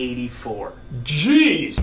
eighty four jeez